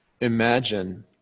imagine